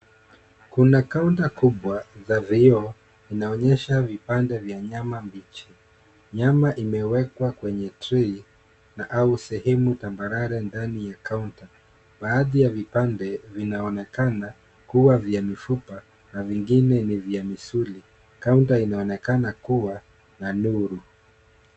Kuna kaunta kubwa za vioo inaonyesha vipande vya nyama mbichi. Nyama imewekwa kwenye trei na au sehemu tambarare ndani ya kaunta. Baadhi ya vipande vinaonekana kuwa vya mifupa na vingine ni vya misuli. Kaunta inaonekana kuwa na nuru.